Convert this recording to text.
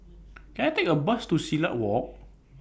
Can I Take A Bus to Silat Walk